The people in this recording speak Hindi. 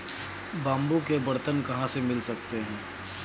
बाम्बू के बर्तन कहाँ से मिल सकते हैं?